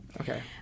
Okay